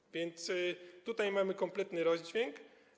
Tak więc tutaj mamy kompletny rozdźwięk.